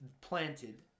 planted